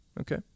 okay